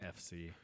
FC